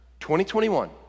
2021